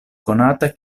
konata